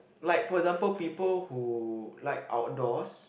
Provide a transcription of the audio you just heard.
like for example people who like outdoors